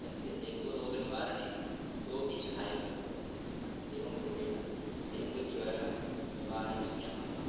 अस्य डेङ्गू रोगनिवारणे सोऽपि सहायकः भवति अतः एवं रूपेण डेङ्गु ज्वरः निवारणीयः